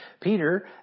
Peter